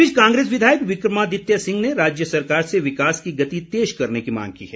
इस बीच कांग्रेस विधायक विक्रमादित्य सिंह ने राज्य सरकार से विकास की गति तेज करने की मांग की है